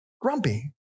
grumpy